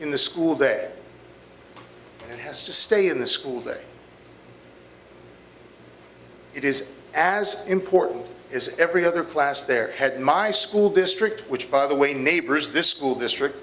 in the school day has to stay in the school that it is as important is every other class there had my school district which by the way neighbors this school district